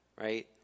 right